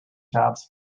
jobs